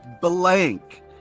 blank